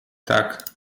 tak